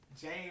James